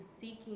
seeking